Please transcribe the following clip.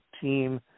team